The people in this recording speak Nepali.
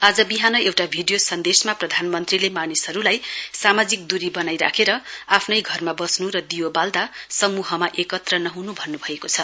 आज बिहान एउटा भिडियो सन्देशमा प्रधानमन्त्रीले मानिसहरूलाई सामाजिक द्री बनाई राखेर आफ्नै घरमा बस्नु र दीयो बाल्दा समूहमा एकत्र नह्नु भन्नु भएको छ